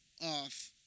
off